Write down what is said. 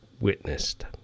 witnessed